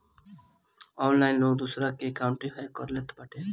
online लोग दूसरा के अकाउंटवे हैक कर लेत बाटे